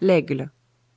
l'aigle